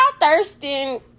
thirsting